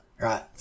right